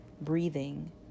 breathing